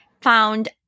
found